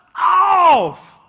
off